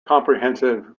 comprehensive